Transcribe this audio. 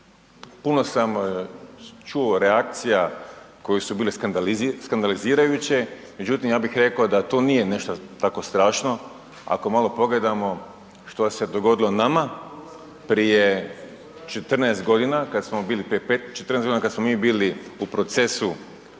Puno sam čuo reakcija koje su bile skandalizirajuće, međutim ja bih rekao da to nije nešto tako strašno. Ako malo pogledamo što se dogodilo nama prije 14 godina kada smo mi bili u procesu